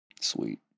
Sweet